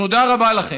תודה רבה לכם.